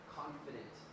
confident